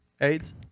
aids